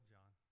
John